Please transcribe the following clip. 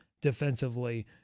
defensively